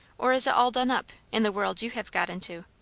or is it all done up, in the world you have got into?